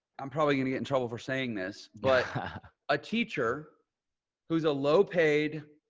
i'm probably going to get in trouble for saying this, but a teacher who's a low-paid